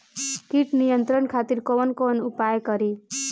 कीट नियंत्रण खातिर कवन कवन उपाय करी?